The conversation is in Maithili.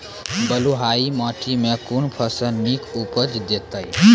बलूआही माटि मे कून फसल नीक उपज देतै?